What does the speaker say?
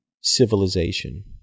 civilization